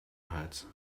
hals